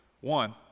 One